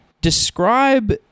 describe